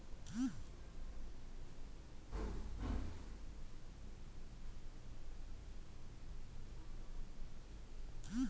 ಜೇನುತುಪ್ಪದಲ್ಲಿ ಗ್ಲೂಕೋಸ್ ಇರೋದ್ರಿಂದ ಇದು ಹೃದಯ ಸ್ನಾಯುವಿನ ಮೇಲೆ ಸಕಾರಾತ್ಮಕ ಪರಿಣಾಮ ಬೀರ್ತದೆ